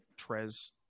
Trez